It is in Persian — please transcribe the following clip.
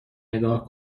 نگاه